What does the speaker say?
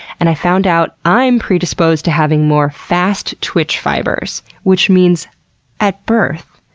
and i found out i'm predisposed to having more fast-twitch fibers, which means at birth,